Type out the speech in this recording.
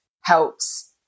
helps